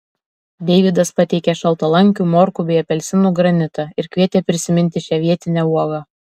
deivydas pateikė šaltalankių morkų bei apelsinų granitą ir kvietė prisiminti šią vietinę uogą